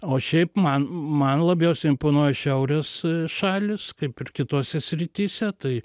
o šiaip man man labiausiai imponuoja šiaurės šalys kaip ir kitose srityse tai